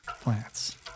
plants